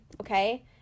okay